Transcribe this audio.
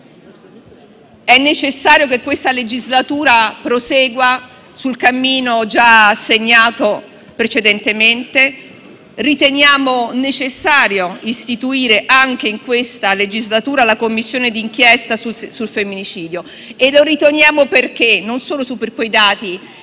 è necessario che si prosegua sul cammino già segnato precedentemente e riteniamo necessario istituire anche in questa legislatura la Commissione d'inchiesta sul femminicidio. E lo riteniamo non solo sulla base